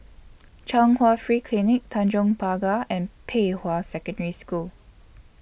Chung Hwa Free Clinic Tanjong Pagar and Pei Hwa Secondary School